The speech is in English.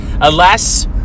alas